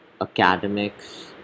academics